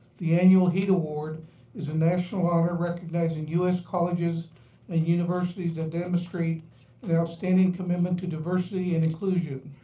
the annual heed award is a national honor recognizing u s. colleges and universities that demonstrate an outstanding commitment to diversity and inclusion.